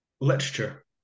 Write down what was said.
literature